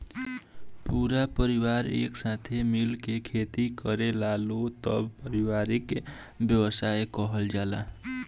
पूरा परिवार एक साथे मिल के खेती करेलालो तब पारिवारिक व्यवसाय कहल जाला